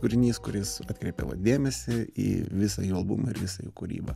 kūrinys kuris atkreipė vat dėmesį į visą jo albumą ir visą jo kūrybą